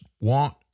want